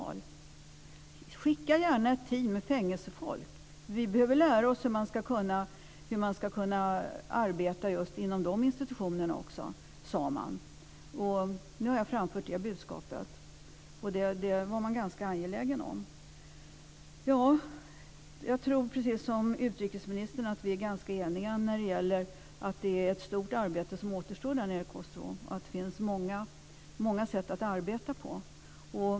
De ville gärna att vi skulle skicka ett team med fängelsefolk, eftersom de behöver lära sig hur de ska kunna arbeta just inom dessa institutioner. Nu har jag framfört det budskapet. Detta var de ganska angelägna om. Jag tror precis som utrikesministern att vi är ganska eniga om att det är ett stort arbete som återstår nere i Kosovo och att det finns många sätt att arbeta på.